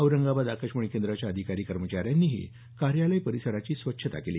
औरंगाबाद आकाशवाणी केंद्राच्या अधिकारी कर्मचाऱ्यांनीही कार्यालय परिसराची स्वच्छता केली